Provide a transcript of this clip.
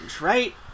right